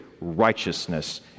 righteousness